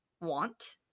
want